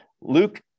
luke